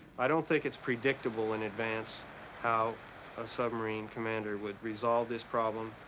i don't think it's predictable in advance how a submarine commander would resolve this problem,